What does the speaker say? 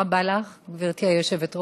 תודה רבה לך, גברתי היושבת-ראש.